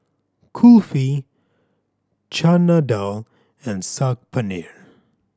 Kulfi Chana Dal and Saag Paneer